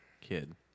kid